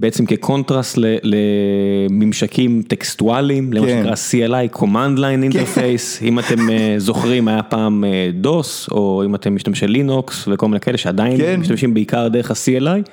בעצם כקונטרס לממשקים טקסטואליים, למה שנקרא CLI, Command Line Interface, אם אתם זוכרים היה פעם DOS או אם אתם משתמשי לינוקס וכל מיני כאלה שעדיין משתמשים בעיקר דרך ה-CLI.